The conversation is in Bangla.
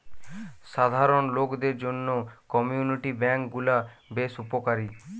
সাধারণ লোকদের জন্য কমিউনিটি বেঙ্ক গুলা বেশ উপকারী